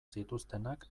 zituztenak